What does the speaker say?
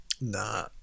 nah